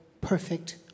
perfect